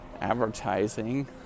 advertising